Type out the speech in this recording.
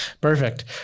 Perfect